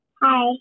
Hi